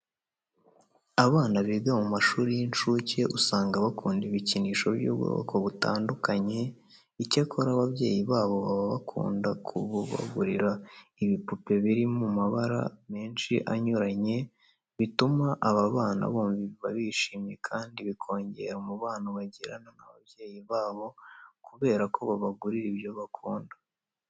Abana biga mu mashuri y'incuke usanga bakunda ibikinisho by'ubwoko butandukanye. Icyakora ababyeyi babo baba bakunda kubagurira ibipupe biri mu mabara menshi anyuranye bituma aba bana bumva bishimye kandi bikongera umubano bagirana n'ababyeyi babo kubera ko babagurira ibyo bakunda.